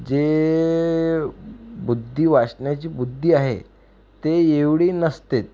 जे बुद्धी वाचण्याची बुद्धी आहे ते एवढी नसते